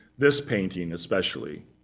this painting, especially,